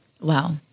Wow